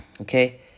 Okay